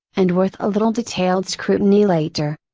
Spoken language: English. and worth a little detailed scrutiny later.